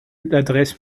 l’adresse